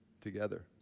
together